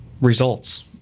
results